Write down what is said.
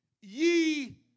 ye